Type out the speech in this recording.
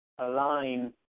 align